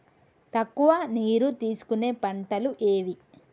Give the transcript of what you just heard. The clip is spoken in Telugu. తక్కువ నీరు తీసుకునే పంటలు ఏవి?